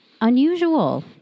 unusual